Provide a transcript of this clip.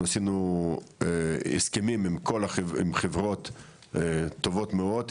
אנחנו עשינו הסכמים עם חברות טובות מאוד,